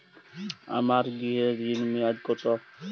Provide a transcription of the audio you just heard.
আমার গৃহ ঋণের মেয়াদ কত?